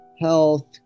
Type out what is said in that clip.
health